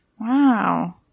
Wow